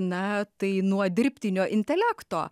na tai nuo dirbtinio intelekto